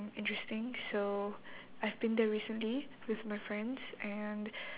interesting so I've been there recently with my friends and